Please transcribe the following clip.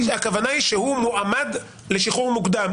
הכוונה היא שהוא מועמד לשחרור מוקדם,